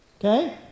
Okay